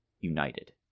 united